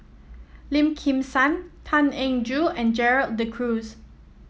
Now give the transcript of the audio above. Lim Kim San Tan Eng Joo and Gerald De Cruz